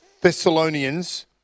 Thessalonians